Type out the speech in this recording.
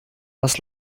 was